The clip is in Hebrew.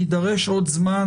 יידרש עוד זמן,